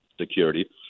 security